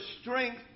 strength